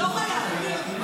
לא חייב.